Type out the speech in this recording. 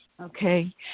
Okay